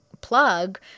plug